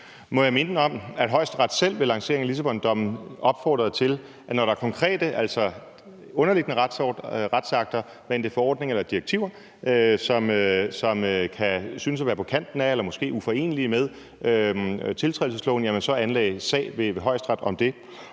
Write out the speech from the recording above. Må jeg minde om, at Højesteret selv ved lanceringen af Lissabondommen opfordrede til, at når der er underliggende retsakter, hvad enten det er forordninger eller direktiver, som kan synes at være på kanten af eller måske uforenelige med tiltrædelsesloven, at man så anlagde sag ved Højesteret om det.